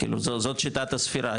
כאילו זאת שיטת הספירה,